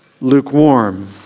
lukewarm